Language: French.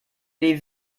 les